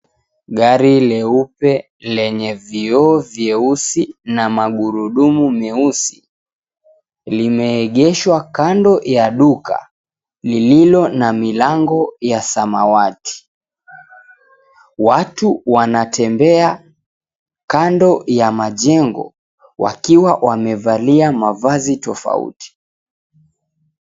Gari leupe lenye vioo vyeusi na magurudumu meusi limeegeshwa kando ya duka lililo na milango ya samawati. Watu wanatembea kando ya majengo wakiwa wamevalia mavazi tofauti.